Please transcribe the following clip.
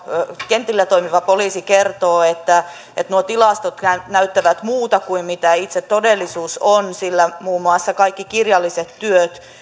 kentillä toimiva poliisi kertoo että että nuo tilastot näyttävät muuta kuin mitä itse todellisuus on sillä muun muassa kaikki kirjalliset työt